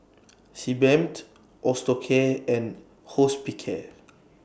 Sebamed Osteocare and Hospicare